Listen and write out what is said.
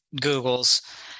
Googles